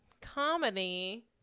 Comedy